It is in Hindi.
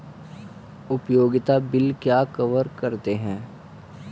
उपयोगिता बिल क्या कवर करते हैं?